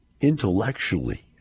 intellectually